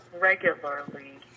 regularly